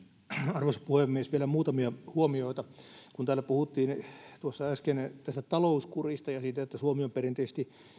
arvoisa puhemies vielä muutamia huomioita kun täällä puhuttiin tuossa äsken talouskurista ja siitä että suomi on perinteisesti